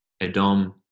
Edom